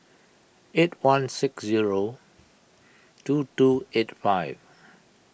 eight one six zero two two eight five